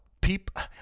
People